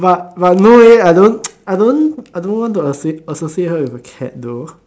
but but no eh I don't I don't I don't want to associate her with a cat though